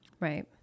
right